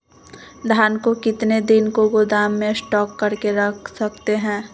धान को कितने दिन को गोदाम में स्टॉक करके रख सकते हैँ?